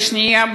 והשנייה,